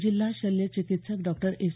जिल्हा शल्य चिकित्सक डॉक्टर एस